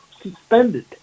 suspended